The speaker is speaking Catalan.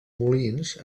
molins